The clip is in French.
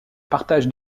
partage